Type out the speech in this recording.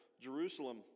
Jerusalem